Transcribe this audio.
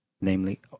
namely